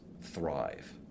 Thrive